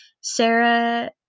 Sarah